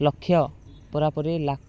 ଲକ୍ଷ୍ୟ ପୁରାପୁରି ଲାଖ